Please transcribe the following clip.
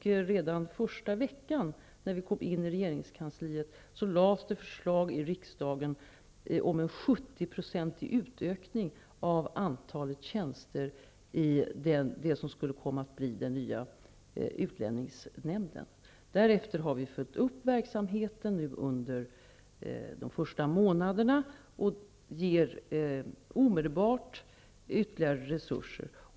När den nuvarande regeringen kom till regeringskansliet lades redan första veckan förslag fram i riksdagen om en utökning på 70 % av antalet tjänster i det som skulle komma att bli den nya utlänningsnämnden. Därefter har vi under de första månaderna följt upp verksamheten och omedelbart tillfört ytterligare resurser.